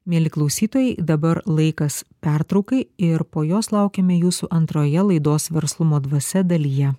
mieli klausytojai dabar laikas pertraukai ir po jos laukiame jūsų antroje laidos verslumo dvasia dalyje